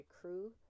crew